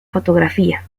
fotografía